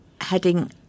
heading